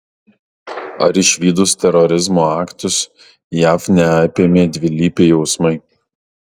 ar išvydus terorizmo aktus jav neapėmė dvilypiai jausmai